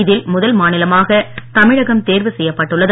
இதில் முதல் மாநிலமாக தமிழகம் தேர்வு செய்யப்பட்டுள்ளது